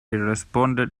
responded